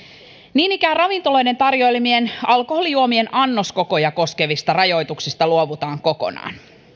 niin ikään ravintoloiden tarjoilemien alkoholijuomien annoskokoja koskevista rajoituksista luovutaan kokonaan